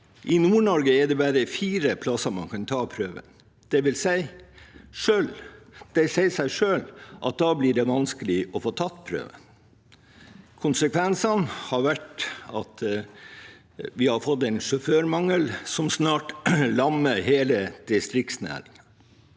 I Nord-Norge er det bare fire plasser man kan ta prøven. Det sier seg selv at det da blir vanskelig å få tatt den. Konsekvensene har vært at vi har fått en sjåførmangel som snart lammer hele distriktsnæringen,